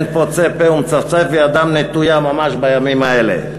אין פוצה פה ומצפצף, וידם נטויה ממש בימים האלה.